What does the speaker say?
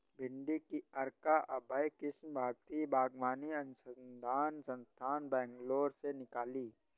भिंडी की अर्का अभय किस्म भारतीय बागवानी अनुसंधान संस्थान, बैंगलोर ने निकाली